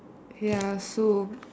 ya so